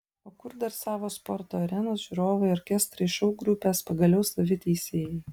o kur dar savos sporto arenos žiūrovai orkestrai šou grupės pagaliau savi teisėjai